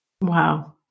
Wow